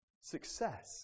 Success